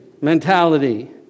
mentality